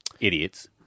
Idiots